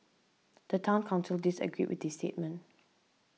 the Town Council disagreed with the statement